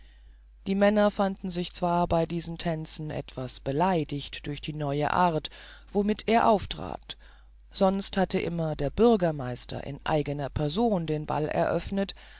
die männer fanden sich zwar bei diesen tänzen etwas beleidigt durch die neue art womit er auftrat sonst hatte immer der bürgermeister in eigener person den ball eröffnet